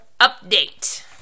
Update